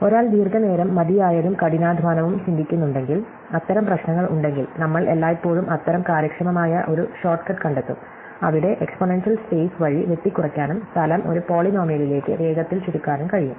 ഒരാൾ ദീർഘനേരം മതിയായതും കഠിനാധ്വാനവും ചിന്തിക്കുന്നുണ്ടെങ്കിൽ അത്തരം പ്രശ്നങ്ങൾ ഉണ്ടെങ്കിൽ നമ്മൾ എല്ലായ്പ്പോഴും അത്തരം കാര്യക്ഷമമായ ഒരു ഷോർട്ട് കട്ട് കണ്ടെത്തും അവിടെ എക്സ്പോണൻഷ്യൽ സ്പേസ് വഴി വെട്ടിക്കുറയ്ക്കാനും സ്ഥലം ഒരു പോളിനോമിയലിലേക്ക് വേഗത്തിൽ ചുരുക്കാനും കഴിയും